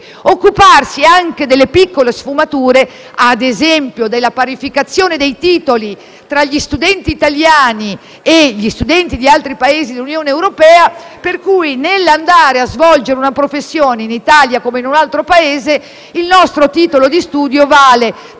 Commissione anche delle piccole sfumature, ad esempio della parificazione dei titoli tra gli studenti italiani e quelli di altri Paesi dell'Unione europea. È pacifico che nell'andare a svolgere una professione in Italia come in un altro Paese il nostro titolo di studio vale